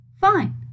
Fine